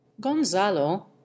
gonzalo